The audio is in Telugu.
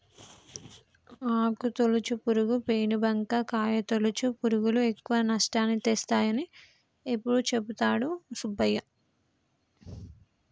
ఆకు తొలుచు పురుగు, పేను బంక, కాయ తొలుచు పురుగులు ఎక్కువ నష్టాన్ని తెస్తాయని ఎప్పుడు చెపుతాడు సుబ్బయ్య